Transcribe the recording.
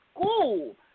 school